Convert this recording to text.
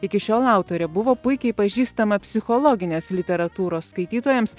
iki šiol autorė buvo puikiai pažįstama psichologinės literatūros skaitytojams